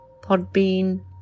Podbean